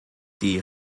die